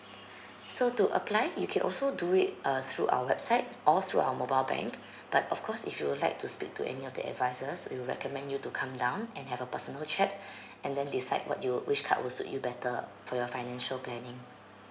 so to apply you can also do it uh through our website or through our mobile bank but of course if you would like to speak to any of the advisors we would recommend you to come down and have a personal chat and then decide what you which card will suit you better for your financial planning